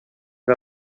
que